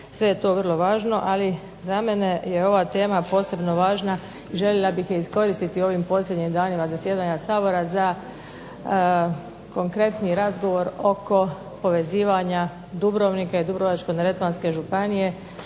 Sve je to vrlo važno, ali za mene je ova tema posebno važna i željela bih je iskoristiti u ovim posljednjim danima zasjedanja Sabora za konkretniji razgovor oko povezivanja Dubrovnika i Dubrovačko-neretvanske županije